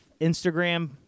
Instagram